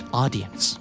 audience